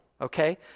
okay